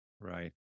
Right